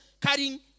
carrying